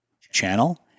channel